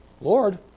Lord